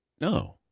No